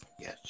Yes